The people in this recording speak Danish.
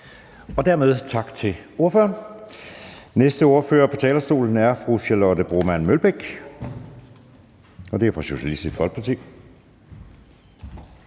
Dermed tak til ordføreren. Næste ordfører på talerstolen er fru Charlotte Broman Mølbæk fra Socialistisk Folkeparti.